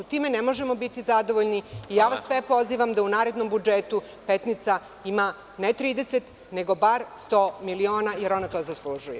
Time ne možemo biti zadovoljni i ja vas sve pozivam da u narednom budžetu Petnica ima ne 30, nego bar 100 miliona, jer ona to zaslužuje.